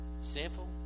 simple